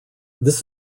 this